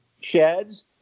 sheds